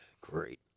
Great